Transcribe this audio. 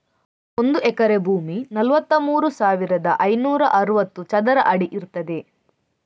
ಒಂದು ಎಕರೆ ಭೂಮಿ ನಲವತ್ತಮೂರು ಸಾವಿರದ ಐನೂರ ಅರವತ್ತು ಚದರ ಅಡಿ ಇರ್ತದೆ